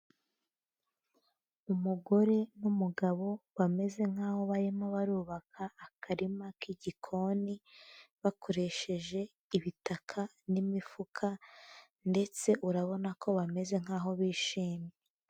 Umugore n'umugabo bameze nk'aho barimo barubaka akarima k'igikoni, bakoresheje ibitaka n'imifuka ndetse urabona ko bameze nk'aho bishimye.